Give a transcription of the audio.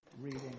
reading